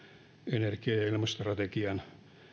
energia ja ja ilmastostrategian